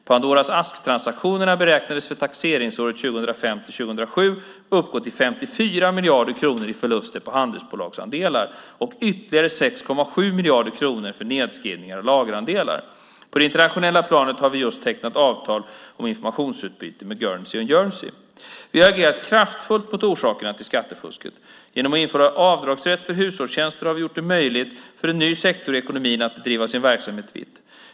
Pandoras ask-transaktionerna beräknades för taxeringsåren 2005-2007 uppgå till 54 miljarder kronor i förluster på handelsbolagsandelar och ytterligare 6,7 miljarder kronor för nedskrivning av lagerandelar. På det internationella planet har vi just tecknat avtal om informationsutbyte med Guernsey och Jersey. Vi har agerat kraftfullt mot orsakerna till skattefusket. Genom att införa avdragsrätt för hushållstjänster har vi gjort det möjligt för en ny sektor i ekonomin att bedriva sin verksamhet vitt.